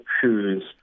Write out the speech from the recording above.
shoes